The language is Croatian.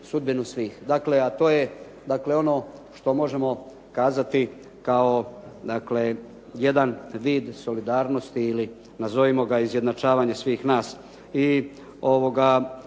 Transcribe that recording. sudbinu svih. A to je ono što možemo kazati kao jedan vid solidarnosti, ili nazovimo ga izjednačavanje svih nas. Svakako